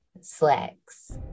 Slacks